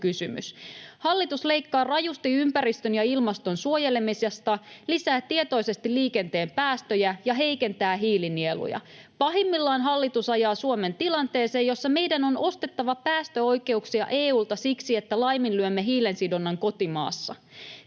Hallitus leikkaa rajusti ympäristön ja ilmaston suojelemisesta, lisää tietoisesti liikenteen päästöjä ja heikentää hiilinieluja. Pahimmillaan hallitus ajaa Suomen tilanteeseen, jossa meidän on ostettava päästöoikeuksia EU:lta siksi, että laiminlyömme hiilensidonnan kotimaassa.